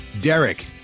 Derek